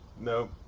No